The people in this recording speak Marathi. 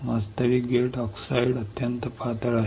वास्तविक गेट ऑक्साईड अत्यंत पातळ आहे